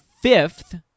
fifth